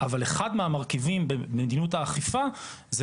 אבל אחד מהמרכיבים במדיניות האכיפה הוא,